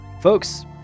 folks